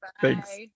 Thanks